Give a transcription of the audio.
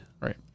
Right